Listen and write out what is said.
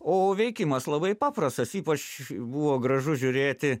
o veikimas labai paprastas ypač buvo gražu žiūrėti